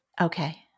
Okay